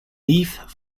lief